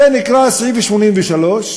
זה נקרא סעיף 83: